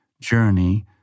journey